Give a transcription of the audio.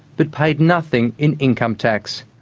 but paid nothing in income tax.